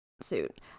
suit